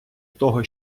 того